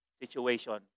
situation